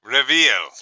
Reveal